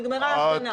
נגמרה ההפגנה?